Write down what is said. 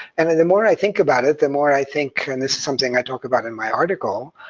and and the more i think about it, the more i think, and this is something i talk about in my article,